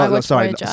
Sorry